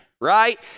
right